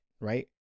right